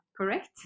correct